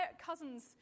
cousins